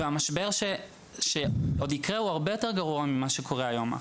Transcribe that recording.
המשבר שעוד יקרה הוא עוד יותר גרוע ממה שקורה היום.